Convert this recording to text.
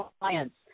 clients